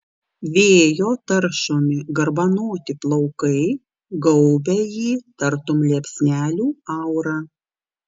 vėjo taršomi garbanoti plaukai gaubia jį tartum liepsnelių aura